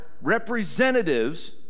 representatives